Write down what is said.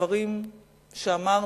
הדברים שאמרנו,